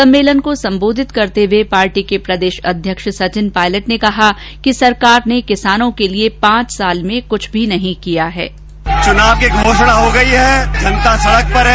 सम्मेलन को संबोधित करते हुए पार्टी के प्रदेश अध्यक्ष सचिन पायलट ने कहा कि सरकार ने किसानों के लिये पांच साल में कुछ नहीं किया है